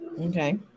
Okay